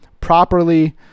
properly